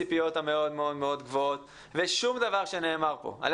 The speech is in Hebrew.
גם בציפיות המאוד מאוד גבוהות ושום דבר שנאמר כאן על